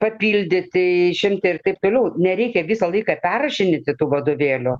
papildyti išimti ir taip toliau nereikia visą laiką perrašinėti tų vadovėlių